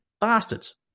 Bastards